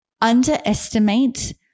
underestimate